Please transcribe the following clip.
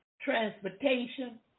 transportation